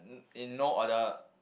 in no order